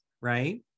right